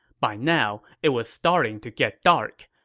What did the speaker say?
by now, it was starting to get dark.